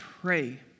pray